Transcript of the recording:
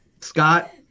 Scott